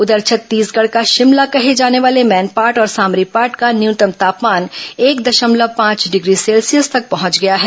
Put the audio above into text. उधर छत्तीसगढ़ का शिमला कहे जाने वाले भैनपाट और सामरीपाट का न्यूनतम तापमान एक दशमलव पांच डिग्री सेल्सियस तक पहुंच गया है